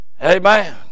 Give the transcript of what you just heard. Amen